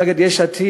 מפלגת יש עתיד,